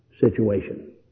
situation